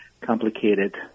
complicated